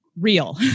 real